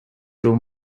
room